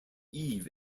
eve